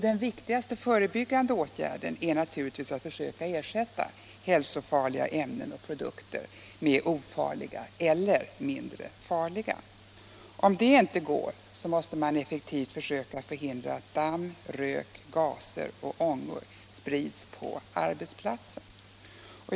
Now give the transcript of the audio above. Den viktigaste förebyggande åtgärden är naturligtvis att ersätta hälsofarliga ämnen och produkter med ofarliga eller mindre farliga sådana. Om det inte går, måste man försöka att effektivt förhindra att damm, rök, gaser och ångor sprids på arbetsplatsen.